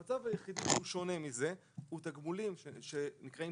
המצב היחידי שהוא שונה מזה הוא תגמולים שנקראים